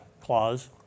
Clause